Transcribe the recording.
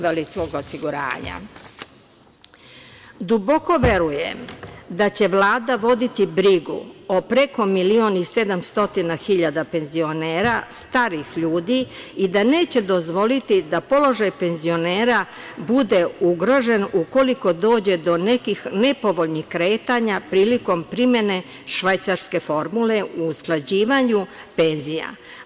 Duboko verujem da će Vlada voditi brigu o preko milion i 700 hiljada penzionera, starih ljudi i da neće dozvoliti da položaj penzionera bude ugrožen ukoliko dođe do nekih nepovoljnih kretanja prilikom primene švajcarske formule u usklađivanju penzija.